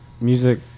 Music